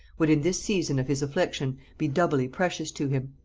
would in this season of his affliction be doubly precious to him.